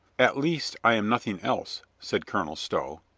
at least i am nothing else, said colonel stow,